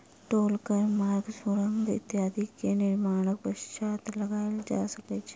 टोल कर मार्ग, सुरंग इत्यादि के निर्माणक पश्चात लगायल जा सकै छै